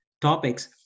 topics